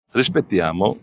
rispettiamo